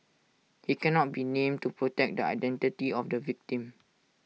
he cannot be named to protect the identity of the victim